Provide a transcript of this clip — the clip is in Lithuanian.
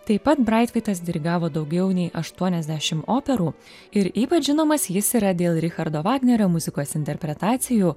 taip pat braitvaitas dirigavo daugiau nei aštuoniasdešim operų ir ypač žinomas jis yra dėl richardo vagnerio muzikos interpretacijų